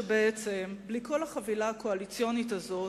שבעצם בלי כל החבילה הקואליציונית הזאת,